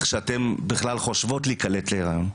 שבו אתן בכלל חושבות על להיכנס להיריון.